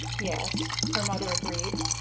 yes, her mother agreed.